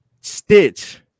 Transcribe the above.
Stitch